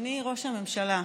אדוני ראש הממשלה,